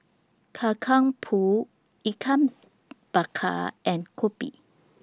Kacang Pool Ikan Bakar and Kopi